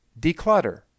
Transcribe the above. declutter